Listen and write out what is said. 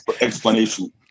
explanation